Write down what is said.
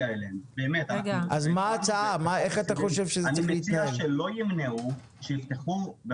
זאת תהיה שאלה פתוחה.